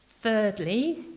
Thirdly